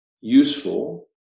useful